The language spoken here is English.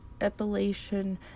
epilation